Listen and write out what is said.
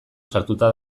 sartuta